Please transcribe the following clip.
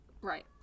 Right